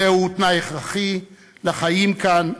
זהו תנאי הכרחי לחיים כאן,